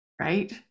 right